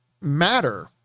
matter